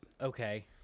Okay